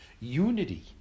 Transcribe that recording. Unity